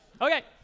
Okay